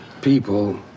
people